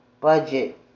budget